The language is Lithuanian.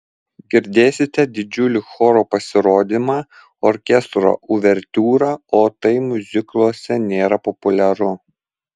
girdėsite didžiulį choro pasirodymą orkestro uvertiūrą o tai miuzikluose nėra populiaru